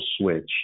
switch